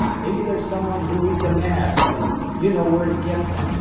maybe there's someone who needs a mask and you know where to get one,